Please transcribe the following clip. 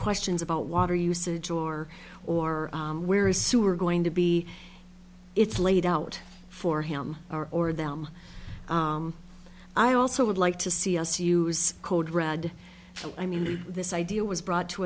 questions about water usage or or where is sewer going to be it's laid out for him or them i also would like to see us use code red i mean this idea was brought to